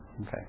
Okay